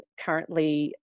currently